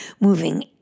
moving